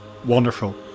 Wonderful